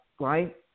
right